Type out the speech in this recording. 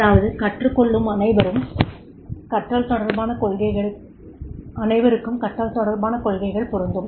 அதாவது கற்றுக் கொள்ளும் அனைவருக்கும் கற்றல் தொடர்பான கொள்கைகள் பொருந்தும்